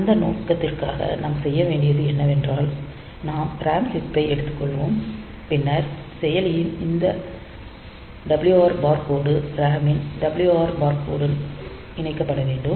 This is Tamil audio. அந்த நோக்கத்திற்காக நாம் செய்ய வேண்டியது என்னவென்றால் நாம் RAM சிப்பை எடுத்துக்கொள்வோம் பின்னர் செயலியின் இந்த WR பார் கோடு RAM ன் WR பார் கோடுடன் இணைக்கப்பட வேண்டும்